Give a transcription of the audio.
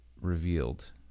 revealed